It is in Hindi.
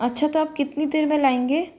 अच्छा तो आप कितनी देर मे लायेंगे